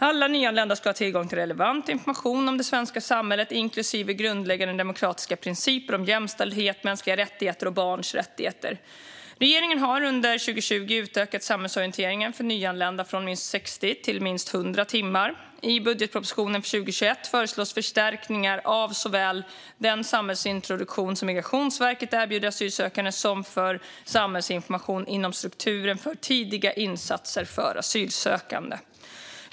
Alla nyanlända ska ha tillgång till relevant information om det svenska samhället, inklusive grundläggande demokratiska principer om jämställdhet, mänskliga rättigheter och barns rättigheter. Regeringen har under 2020 utökat samhällsorienteringen för nyanlända från minst 60 till minst 100 timmar. I budgetpropositionen för 2021 föreslås förstärkningar såväl av den samhällsintroduktion som Migrationsverket erbjuder asylsökande som av samhällsinformationen inom strukturen för tidiga insatser för asylsökande.